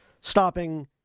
Stopping